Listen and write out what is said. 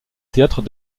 théâtre